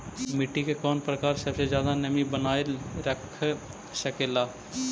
मिट्टी के कौन प्रकार सबसे जादा नमी बनाएल रख सकेला?